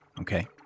okay